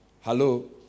Hello